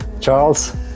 Charles